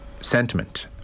sentiment